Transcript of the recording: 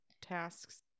tasks